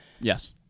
Yes